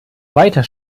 weiter